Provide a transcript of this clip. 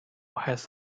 has